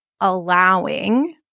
allowing